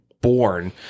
born